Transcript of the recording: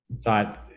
thought